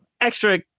extra